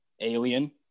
alien